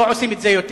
לא עושים את זה יותר.